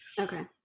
Okay